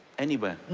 anywhere?